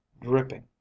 dripping